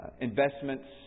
investments